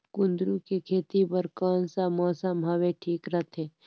कुंदूरु के खेती बर कौन सा मौसम हवे ठीक रथे?